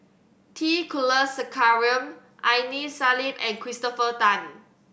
T Kulasekaram Aini Salim and Christopher Tan